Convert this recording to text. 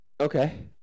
okay